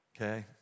Okay